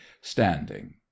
standing